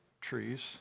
trees